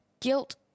Guilt